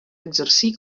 exercir